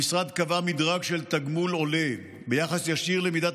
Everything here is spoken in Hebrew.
המשרד קבע מדרג של תגמול עולה ביחס ישיר למידת